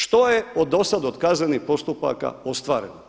Što je do sad od kaznenih postupaka ostvareno?